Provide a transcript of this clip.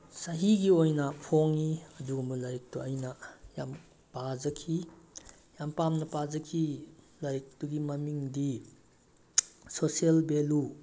ꯆꯍꯤꯒꯤ ꯑꯣꯏꯅ ꯐꯣꯡꯏ ꯑꯗꯨꯒꯨꯝꯕ ꯂꯥꯏꯔꯤꯛꯇꯣ ꯑꯩꯅ ꯌꯥꯝ ꯄꯥꯖꯈꯤ ꯌꯥꯝ ꯄꯥꯝꯅ ꯄꯥꯖꯈꯤ ꯂꯥꯏꯔꯤꯛꯇꯨꯒꯤ ꯃꯃꯤꯡꯗꯤ ꯁꯣꯁꯦꯜ ꯕꯦꯂꯨ